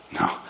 No